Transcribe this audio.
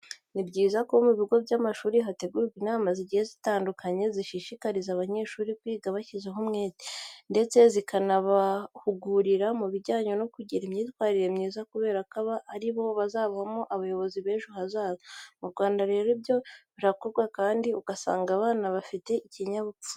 Ni byiza ko mu bigo by'amashuri hategurwa inama zigiye zitandukanye zishishikariza abanyeshuri kwiga bashyizeho umwete, ndetse zikanabahugura mu bijyanye no kugira imyitwarire myiza kubera ko aba ari bo bazavamo abayobozi b'ejo hazaza. Mu Rwanda rero ibyo birakorwa kandi ugusanga abana bafite ikinyabupfura.